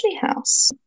House